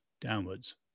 downwards